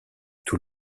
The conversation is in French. tout